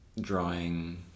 drawing